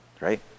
right